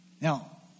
Now